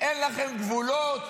אין לכם גבולות?